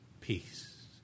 peace